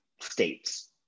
states